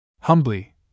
Humbly